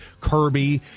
Kirby